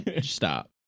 stop